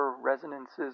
resonances